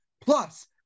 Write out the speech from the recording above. Plus